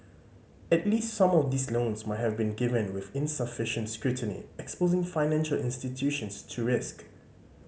at least some of these loans might have been given with insufficient scrutiny exposing financial institutions to risk